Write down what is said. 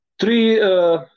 Three